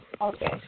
Okay